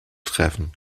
treffen